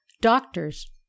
doctors